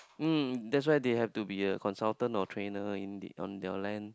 um that's why they have to be a consultant or trainer in the on the land